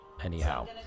Anyhow